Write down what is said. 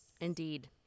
Indeed